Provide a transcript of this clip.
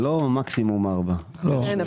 זה לא מקסימום 4. כן,